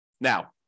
Now